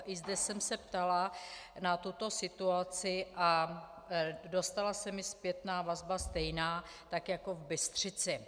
I zde jsem se ptala na tuto situaci a dostala se mi zpětná vazba stejná, tak jako v Bystřici.